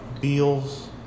Beals